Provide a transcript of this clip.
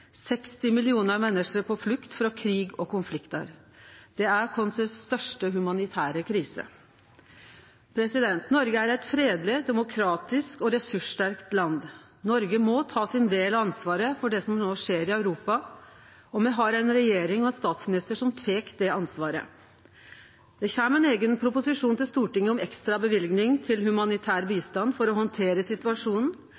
60 millionar menneske er på flukt frå krig og konfliktar. Det er vår største humanitære krise. Noreg er eit fredeleg, demokratisk og ressurssterkt land. Noreg må ta sin del av ansvaret for det som no skjer i Europa, og me har ei regjering og ein statsminister som tek det ansvaret. Det kjem ein eigen proposisjon til Stortinget om ei ekstra løyving til humanitær